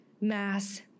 mass